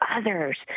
others